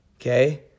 Okay